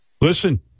listen